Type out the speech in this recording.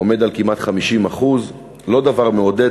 הוא כמעט 50%. לא דבר מעודד,